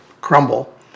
crumble